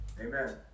Amen